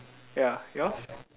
ya yours